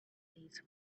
these